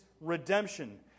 redemption